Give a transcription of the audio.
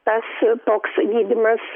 tas toks gydymas